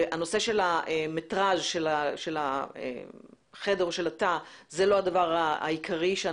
ונושא המטראז' של התא זה לא הדבר העיקרי.